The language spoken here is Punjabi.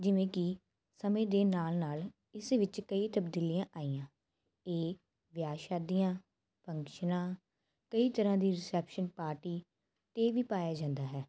ਜਿਵੇਂ ਕਿ ਸਮੇਂ ਦੇ ਨਾਲ ਨਾਲ ਇਸ ਵਿੱਚ ਕਈ ਤਬਦੀਲੀਆਂ ਆਈਆਂ ਇਹ ਵਿਆਹ ਸ਼ਾਦੀਆਂ ਫੰਕਸ਼ਨਾਂ ਕਈ ਤਰ੍ਹਾਂ ਦੀ ਰਿਸੈਪਸ਼ਨ ਪਾਰਟੀ 'ਤੇ ਵੀ ਪਾਇਆ ਜਾਂਦਾ ਹੈ